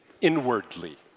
inwardly